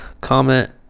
comment